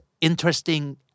interesting